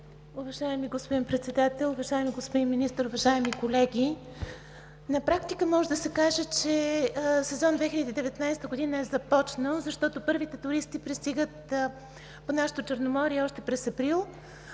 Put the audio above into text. Уважаеми господин Председател, уважаеми господин Министър, уважаеми колеги! На практика може да се каже, че сезон 2019 г. е започнал, защото първите туристи пристигат по нашето Черноморие още през април.